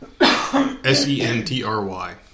S-E-N-T-R-Y